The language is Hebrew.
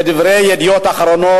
כדברי "ידיעות אחרונות",